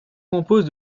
compose